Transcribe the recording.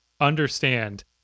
understand